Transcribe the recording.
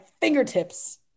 fingertips